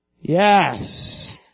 Yes